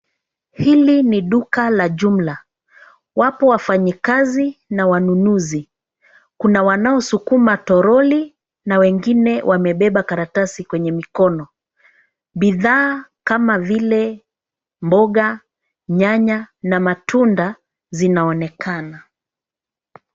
Hili ni duka la jumla, wapo wafanyakazi na wanunuzi. Kuna wanaosukuma toroli na wengine wamebeba karatasi kwenye mikono. Bidhaa kama vile mboga, nyanya na matunda zinaonekana.